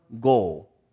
goal